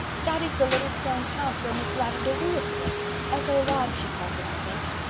that is the little stone house where miss lavendar lewis lives. echo lodge, she calls it, i think.